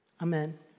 Amen